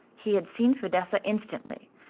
he had seen fidessa instantly,